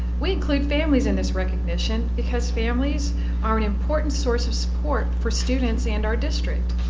we include families in this recognition because families are an important source of support for students and our district.